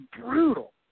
brutal